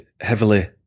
heavily